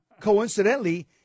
coincidentally